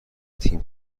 تیم